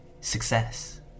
Success